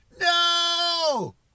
No